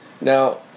now